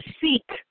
seek